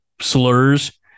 slurs